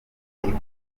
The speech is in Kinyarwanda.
ikunze